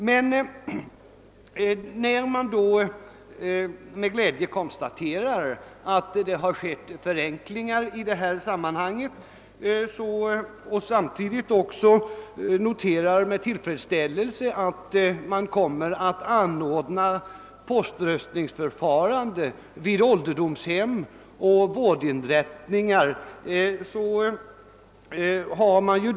Jag konstaterar med glädje att det skett förenklingar i det här sammanhanget och noterar också med tillfredsställelse att det blir poströstningsförfarande på ålderdomshem och vårdinrättningar.